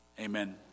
Amen